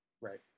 Right